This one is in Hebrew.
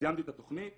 וסיימתי את התכנית